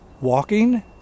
walking